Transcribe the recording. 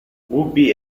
ubi